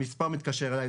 מספר חסוי מתקשר אליי,